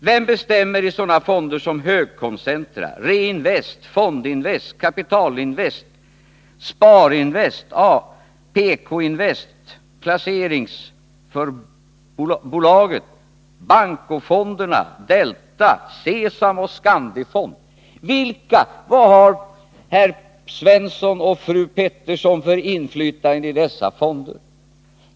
Vem bestämmer i sådana fonder som Högkoncentra, Reinvest, Fondinvest, Kapitalinvest, Sparinvest, PKinvest, Placeringsfonden, Banco Fond, Delta, Sesam och Skandifond? Vad har herr Svensson och fru Pettersson för inflytande i dessa fonder?